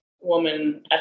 woman